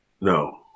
No